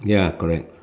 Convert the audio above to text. ya correct